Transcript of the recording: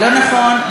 לא נכון.